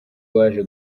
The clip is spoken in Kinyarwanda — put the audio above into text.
waje